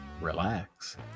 relax